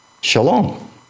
shalom